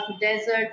desert